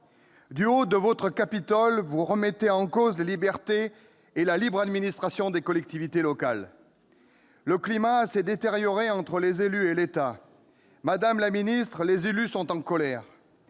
Du haut de votre Capitole, vous remettez en cause les libertés et la libre administration des collectivités locales ! Le climat s'est détérioré entre les élus et l'État ! Madame la ministre, les élus sont en colère.